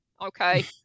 okay